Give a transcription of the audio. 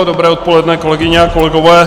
Dobré odpoledne, kolegyně a kolegové.